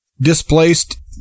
displaced